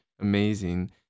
amazing